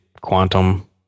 quantum